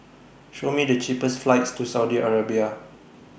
Show Me The cheapest flights to Saudi Arabia